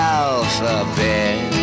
alphabet